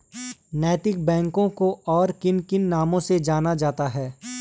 नैतिक बैंकों को और किन किन नामों से जाना जाता है?